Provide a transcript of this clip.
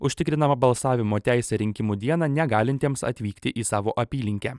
užtikrinama balsavimo teisė rinkimų dieną negalintiems atvykti į savo apylinkę